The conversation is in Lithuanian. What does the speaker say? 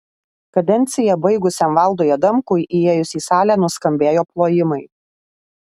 kadenciją baigusiam valdui adamkui įėjus į salę nuskambėjo plojimai